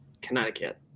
Connecticut